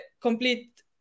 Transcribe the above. complete